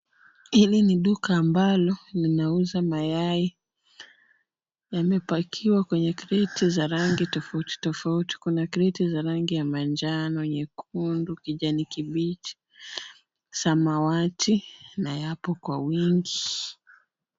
Hili ni duka ambalo ninauza mayai. Na imepakiwa kwenye crate za rangi tofauti tofauti kwenye crates za rangi ya manjano, nyekundi, kijani kibichi, samawati na yapo kwa wingi.